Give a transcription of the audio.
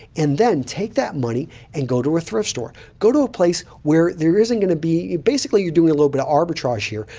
and then take that money and go to a thrift store. go to a place where there isn't going to be basically, you're doing a little bit of arbitrage here,